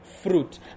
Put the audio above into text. Fruit